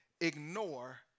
ignore